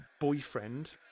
boyfriend